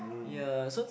ya so